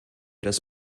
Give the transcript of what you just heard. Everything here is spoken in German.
des